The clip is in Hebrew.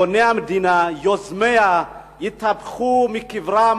בוני המדינה, יוזמיה, יתהפכו בקברם.